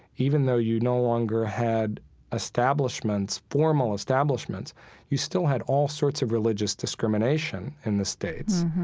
even though you no longer had establishments formal establishments you still had all sorts of religious discrimination in the states.